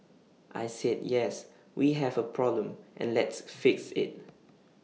I said yes we have A problem and let's fix IT